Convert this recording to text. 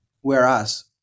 Whereas